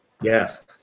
Yes